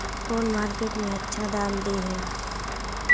कौन मार्केट में अच्छा दाम दे है?